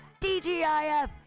DGIF